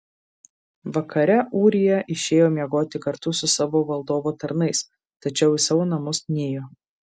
vakare ūrija išėjo miegoti kartu su savo valdovo tarnais tačiau į savo namus nėjo